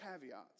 caveats